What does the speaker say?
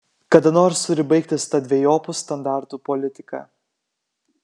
kada nors turi baigtis ta dvejopų standartų politika